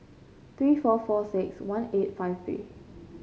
three four four six one eight five